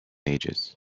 ages